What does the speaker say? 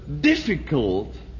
difficult